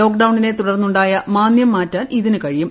ലോക്ഡൌണിനെ തുടർന്നുണ്ടായ മാന്ദ്യം മാറ്റാൻ ഇതിന് കഴിയും